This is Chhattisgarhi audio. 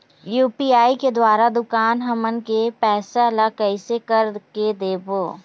यू.पी.आई के द्वारा दुकान हमन के पैसा ला कैसे कर के देबो?